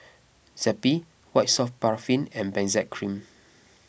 Zappy White Soft Paraffin and Benzac Cream